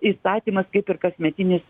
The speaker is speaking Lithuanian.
įstatymas kaip ir kasmetinis